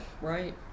Right